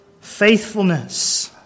faithfulness